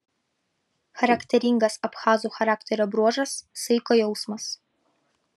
charakteringas abchazų charakterio bruožas saiko jausmas